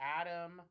Adam